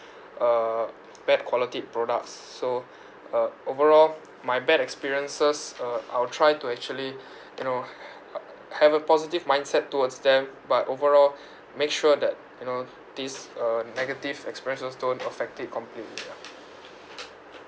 uh bad quality products so uh overall my bad experiences uh I'll try to actually you know have a positive mindset towards them but overall make sure that you know this uh negative experiences don't affect it completely ah